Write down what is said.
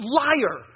liar